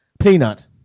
peanut